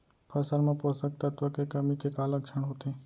फसल मा पोसक तत्व के कमी के का लक्षण होथे?